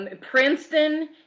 Princeton